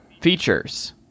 features